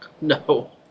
No